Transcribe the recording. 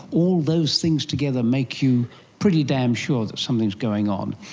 all those things together make you pretty damn sure that something is going on.